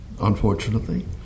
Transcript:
unfortunately